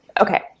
Okay